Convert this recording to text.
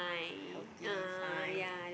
healthy fine